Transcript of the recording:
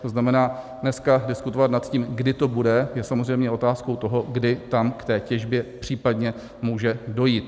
To znamená, dnes diskutovat o tom, kdy to bude, je samozřejmě otázkou toho, kdy tam k té těžbě případně může dojít.